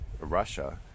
Russia